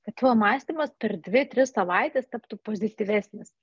kad tavo mąstymas per dvi tris savaites taptų pozityvesnis